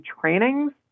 trainings